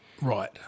Right